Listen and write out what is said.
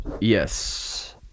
Yes